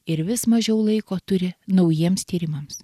ir vis mažiau laiko turi naujiems tyrimams